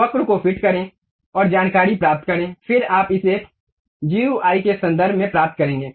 वक्र को फिट करें और जानकारी प्राप्त करें फिर आप इसे जीयूआई के संदर्भ में प्राप्त करेंगे